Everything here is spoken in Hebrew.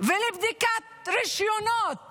לבדיקת רישיונות